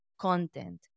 content